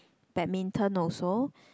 Badminton also